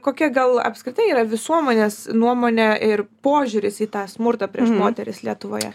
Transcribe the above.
kokia gal apskritai yra visuomenės nuomonė ir požiūris į tą smurtą prieš moteris lietuvoje